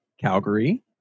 Calgary